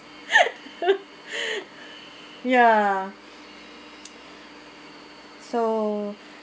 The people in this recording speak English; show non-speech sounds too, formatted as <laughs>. <laughs> ya so